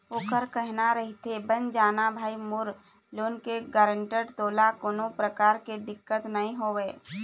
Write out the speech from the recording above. ओखर कहना रहिथे बन जाना भाई मोर लोन के गारेंटर तोला कोनो परकार के दिक्कत नइ होवय